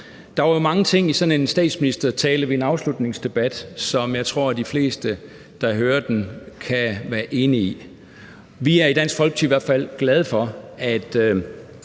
Der var jo mange ting i sådan en statsministertale ved en afslutningsdebat, som jeg tror de fleste der hører den kan være enige i. Vi er i hvert fald i Dansk Folkeparti glade for, at